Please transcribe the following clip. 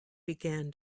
began